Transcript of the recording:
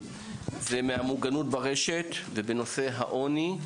ומהמוגנות ברשת ובנושא העוני,